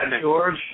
George